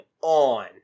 on